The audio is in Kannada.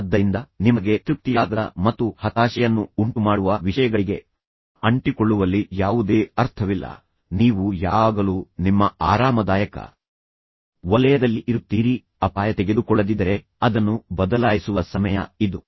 ಆದ್ದರಿಂದ ನಿಮಗೆ ತೃಪ್ತಿಯಾಗದ ಮತ್ತು ಹತಾಶೆಯನ್ನು ಉಂಟುಮಾಡುವ ವಿಷಯಗಳಿಗೆ ಅಂಟಿಕೊಳ್ಳುವಲ್ಲಿ ಯಾವುದೇ ಅರ್ಥವಿಲ್ಲ ನೀವು ಯಾವಾಗಲೂ ನಿಮ್ಮ ಆರಾಮದಾಯಕ ವಲಯದಲ್ಲಿ ಇರುತ್ತೀರಿ ಮತ್ತು ನೀವು ಅದನ್ನು ಬಿಡಲು ಬಯಸುವುದಿಲ್ಲ ನೀವು ಸುರಕ್ಷಿತವಾದದ್ದನ್ನು ಅಪಾಯಕ್ಕೆ ತೆಗೆದುಕೊಳ್ಳದಿದ್ದರೆ ಅದನ್ನು ಬದಲಾಯಿಸುವ ಸಮಯ ಇದು